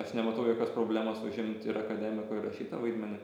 aš nematau jokios problemos užimt ir akademiko ir rašyto vaidmenį